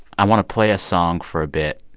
i want to play a song for a bit,